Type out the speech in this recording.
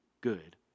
good